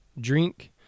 drink